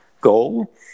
goal